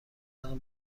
دارم